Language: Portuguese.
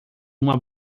uma